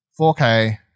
4k